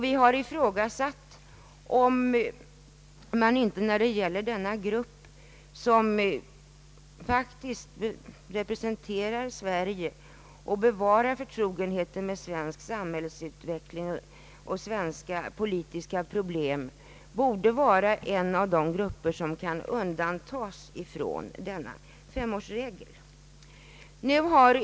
Vi har ifrågasatt om inte denna grupp, som faktiskt representerar Sverige och som bevarar förtrogenheten med svensk samhällsutveckling och svenska politiska problem, borde kunna undantas från femårsregeln.